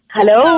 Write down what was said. Hello